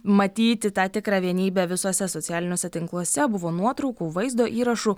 matyti tą tikrą vienybę visuose socialiniuose tinkluose buvo nuotraukų vaizdo įrašų